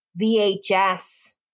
VHS